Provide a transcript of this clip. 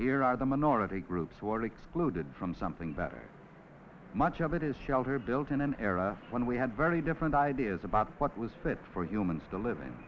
here are the minority groups who are excluded from something better much of it is shelter built in an era when we had very different ideas about what was fit for humans to liv